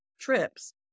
trips